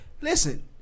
listen